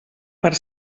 per